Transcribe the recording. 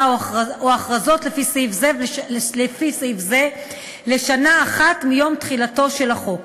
או הכרזות לפי סעיף זה לשנה אחת מיום תחילתו של החוק.